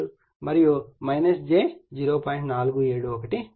471 అవుతుంది